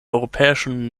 europäischen